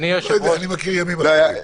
לא יודע, אני מכיר ימים אחרים.